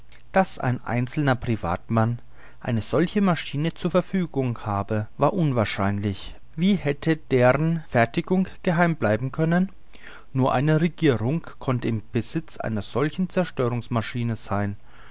daß ein einzelner privatmann eine solche maschine zur verfügung habe war unwahrscheinlich wie hätte deren verfertigung geheim bleiben können nur eine regierung konnte im besitz einer solchen zerstörungsmaschine sein